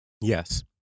Yes